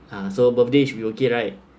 ah so birthday should be okay right